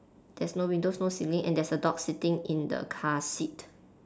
there's no windows no ceiling and there's a dog sitting in the car seat